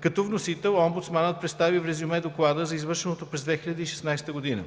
Като вносител, омбудсманът представи в резюме доклада за извършеното през 2016 г.